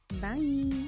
Bye